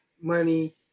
money